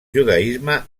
judaisme